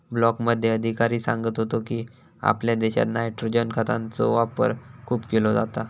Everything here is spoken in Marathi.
ब्लॉकमध्ये अधिकारी सांगत होतो की, आपल्या देशात नायट्रोजन खतांचो वापर खूप केलो जाता